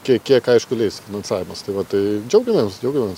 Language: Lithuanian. kiek kiek aišku leis finansavimas tai va tai džiaugiamėms džiaugiamėms